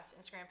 instagram